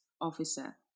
officer